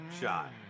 shot